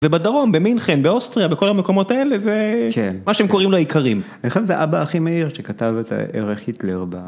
ובדרום, במינכן, באוסטריה, בכל המקומות האלה, זה מה שהם קוראים לו איכרים. אני חושב שזה אבא אחי מאיר שכתב את הערך היטלר ב...